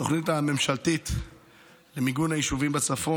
התוכנית הממשלתית למיגון היישובים בצפון,